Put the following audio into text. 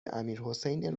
امیرحسین